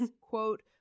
quote